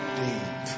deep